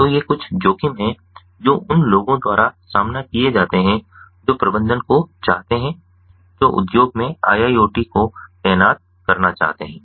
तो ये कुछ जोखिम हैं जो उन लोगों द्वारा सामना किए जाते हैं जो प्रबंधन को चाहते हैं जो उद्योग में IIoT को तैनात करना चाहते हैं